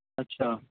اچھا